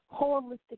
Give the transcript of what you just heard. holistic